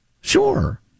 Sure